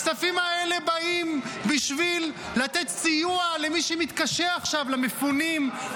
הכספים האלה באים בשביל לתת סיוע למי שמתקשה עכשיו: למפונים,